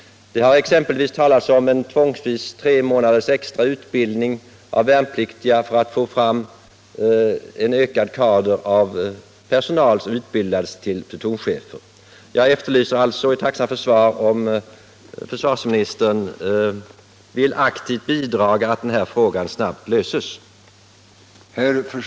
Det har exempelvis talats om en tvångsvis tremånaders extra utbildning av värnpliktiga för att få fram en ökad kader av personal som utbildas till plutonchefer. Jag är tacksam för svar om försvarsministern vill aktivt bidra till att den här frågan snabbt löses.